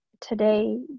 today